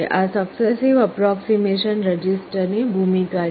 આ successive approximation રજિસ્ટરની ભૂમિકા છે